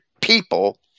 people